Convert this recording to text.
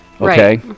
Okay